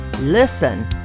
Listen